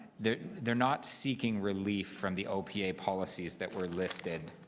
they're they're not seeking relief from the opa policies that were listed,